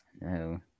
No